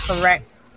correct